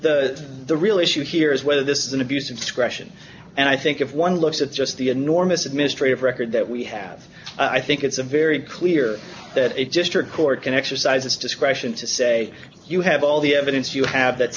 the the real issue here is whether this is an abuse of discretion and i think if one looks at just the enormous administrative record that we have i think it's a very clear that it just her court can exercise its discretion to say you have all the evidence you have that